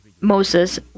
Moses